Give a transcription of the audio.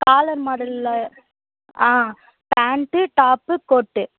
collar மாடலில் ஆ pant top கோட்டு